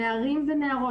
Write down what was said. נערים ונערות,